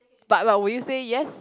but but will you say yes